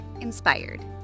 inspired